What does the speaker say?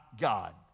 God